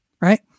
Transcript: right